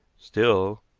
still,